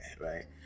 right